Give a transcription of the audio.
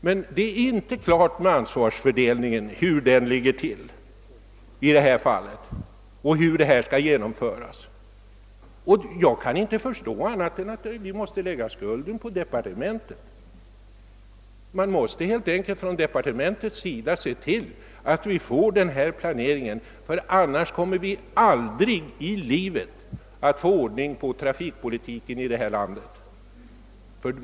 Men det är inte klart med ansvarsfördelningen i detta fall, och jag kan inte förstå annat än att vi måste lägga skulden på departementet. Detta måste helt enkelt se till att planeringen kommer till stånd, ty annars får vi aldrig ordning på trafikpolitiken i det här landet.